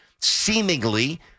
seemingly